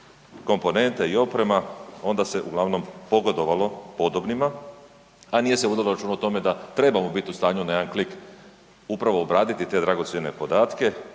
komponente i oprema onda se uglavnom pogodovalo podobnima, a nije se vodilo računa o tome da trebamo bit u stanju na jedan klik upravo obraditi te dragocjene podatke,